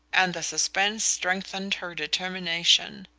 and the suspense strengthened her determination.